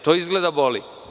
To izgleda boli.